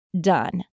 done